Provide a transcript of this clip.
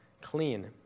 clean